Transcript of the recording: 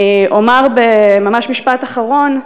אני אומר ממש במשפט אחרון,